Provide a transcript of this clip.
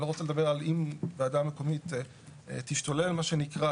אני לא רוצה לדבר עם אם ועדה מקומית תשתולל מה שנקרא.